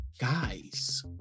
Guys